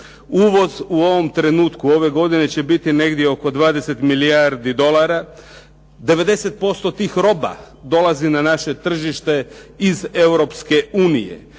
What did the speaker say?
Uvoz u ovom trenutku ove godine će biti negdje oko 20 milijardi dolara. 90% tih roba dolazi na naše tržište iz